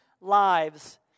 lives